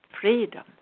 freedom